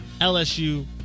LSU